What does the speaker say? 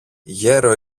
γέρο